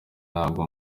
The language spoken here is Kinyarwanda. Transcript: ntabwo